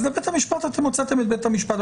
אז הוצאתם את בית המשפט,